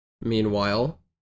Meanwhile